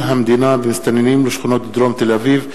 בעקבות דיון מהיר בנושא: טיפול המדינה במסתננים לשכונות דרום תל-אביב,